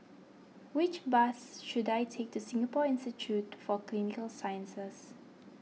which bus should I take to Singapore Institute for Clinical Sciences